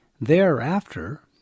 Thereafter